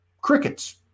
Crickets